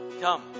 Come